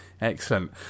excellent